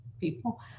people